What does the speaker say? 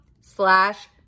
slash